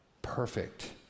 perfect